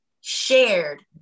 shared